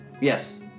Yes